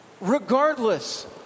regardless